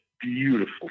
beautiful